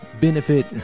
benefit